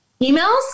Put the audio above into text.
emails